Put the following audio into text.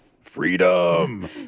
freedom